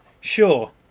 sure